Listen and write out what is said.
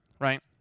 Right